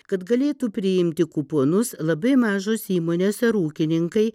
kad galėtų priimti kuponus labai mažos įmonės ar ūkininkai